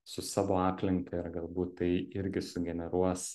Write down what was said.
su savo aplinka ir galbūt tai irgi sugeneruos